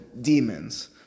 demons